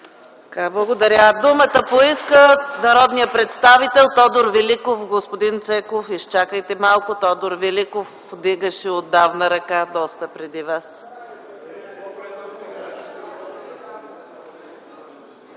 Благодаря. Думата поиска народният представител Тодор Великов. Господин Цеков, изчакайте малко, господин Тодор Великов вдигаше ръка доста преди Вас.